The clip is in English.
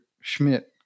Schmidt